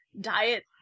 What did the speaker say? diet